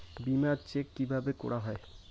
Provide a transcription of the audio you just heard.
বিমা চেক কিভাবে করা হয়?